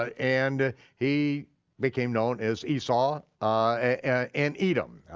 ah and he became known as esau and edom,